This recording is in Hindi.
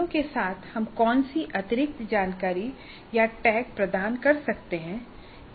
प्रश्नों के साथ हम कौन सी अतिरिक्त जानकारी या टैग प्रदान कर सकते हैं